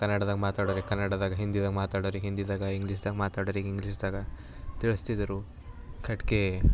ಕನ್ನಡದಾಗ ಮಾತಾಡೋರಿಗೆ ಕನ್ನಡದಾಗ ಹಿಂದಿನಾಗ ಮಾತಾಡೋರಿಗೆ ಹಿಂದಿದಾಗ ಇಂಗ್ಲೀಷ್ದಾಗ ಮಾತಾಡೋರಿಗೆ ಇಂಗ್ಲೀಷ್ದಾಗ ತಿಳಿಸ್ತಿದ್ದರು ಕಟ್ಗೆ